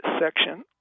section